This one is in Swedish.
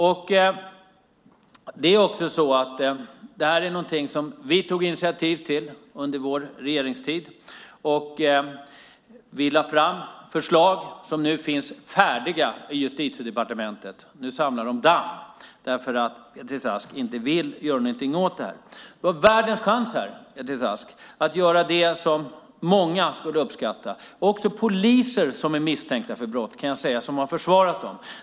Vi tog under vår regeringstid initiativ där och lade fram ett förslag som nu finns färdigt i Justitiedepartementet och som samlar damm där därför att Beatrice Ask inte vill göra någonting åt detta. Men nu har Beatrice Ask världens chans att göra något som många skulle uppskatta, också poliser som är misstänkta för brott - det kan jag säga som har försvarat dem.